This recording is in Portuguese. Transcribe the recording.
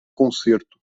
concerto